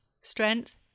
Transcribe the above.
strength